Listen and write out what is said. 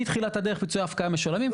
מתחילת הדרך מצורף כמה משולמים,